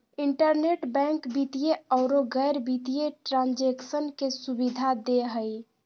internet bank वित्तीय औरो गैर वित्तीय ट्रांन्जेक्शन के सुबिधा दे हइ